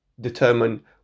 determine